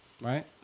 Right